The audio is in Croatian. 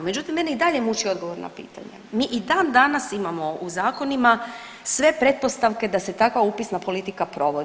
Međutim, mene i dalje muči odgovor na pitanje, mi i dan danas imamo u zakonima sve pretpostavke da se takva upisna politika provodi.